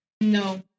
No